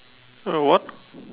uh what